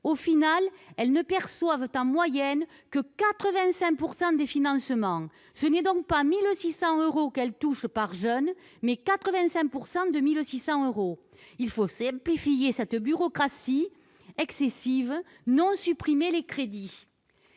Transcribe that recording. Au final, elles ne perçoivent en moyenne que 85 % des financements : ce ne sont donc pas 1 600 euros qu'elles touchent par jeune, mais 85 % de 1 600 euros. Il faut simplifier cette bureaucratie excessive et non pas supprimer les crédits.